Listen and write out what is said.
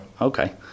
Okay